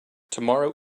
tomorrow